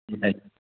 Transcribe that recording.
ते नाही